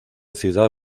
ciudad